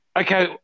Okay